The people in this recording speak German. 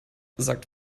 sagt